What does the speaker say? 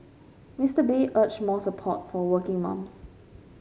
Mister Bay urged more support for working mums